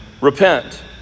repent